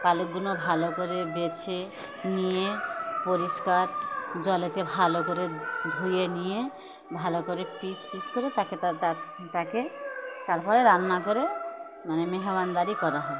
পালকগুলো ভালো করে বেছে নিয়ে পরিষ্কার জলেতে ভালো করে ধুয়ে নিয়ে ভালো করে পিস পিস করে তাকে তাকে তারপরে রান্না করে মানে মেহমানদারি করা হয়